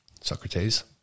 Socrates